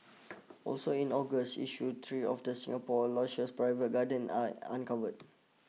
also in August issue three of Singapore's lushest private gardens are uncovered